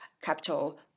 capital